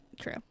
True